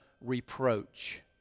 reproach